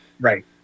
right